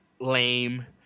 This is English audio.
lame